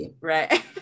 Right